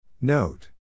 Note